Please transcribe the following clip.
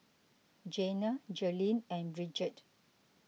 Jana Jaelyn and Bridgett